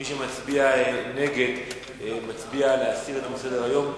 מי שמצביע נגד מצביע להסיר מסדר-היום.